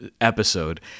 episode